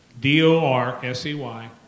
D-O-R-S-E-Y